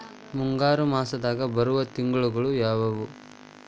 ಮುಂಗಾರು ಮಾಸದಾಗ ಬರುವ ತಿಂಗಳುಗಳ ಯಾವವು?